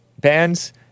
Bands